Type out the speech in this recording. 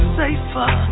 safer